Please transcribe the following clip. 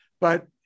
But-